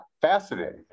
fascinating